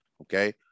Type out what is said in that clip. Okay